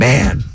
Man